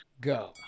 go